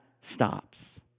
stops